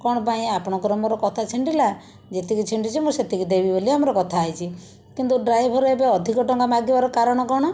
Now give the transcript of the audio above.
କଣ ପାଇଁ ଆପଣଙ୍କର ମୋର କଥା ଛିଣ୍ଡିଲା ଯେତିକି ଛିଣ୍ଡିଛି ମୁଁ ସେତିକି ଦେବି ବୋଲି ଆମର କଥା ହୋଇଛି କିନ୍ତୁ ଡ୍ରାଇଭର ଏବେ ଅଧିକ ଟଙ୍କା ମାଗିବାର କାରଣ କଣ